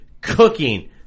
cooking